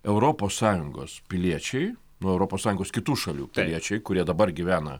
europos sąjungos piliečiai nu europos sąjungos kitų šalių piliečiai kurie dabar gyvena